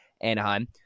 Anaheim